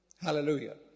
Hallelujah